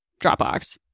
Dropbox